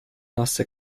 nasse